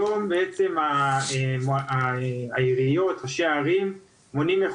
היום בעצם העיריות וראשי הערים מונעים את